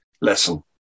lesson